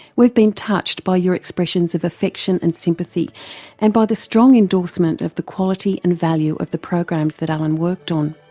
we've been touched by your expressions of of and sympathy and by the strong endorsement of the quality and value of the programs that alan worked on.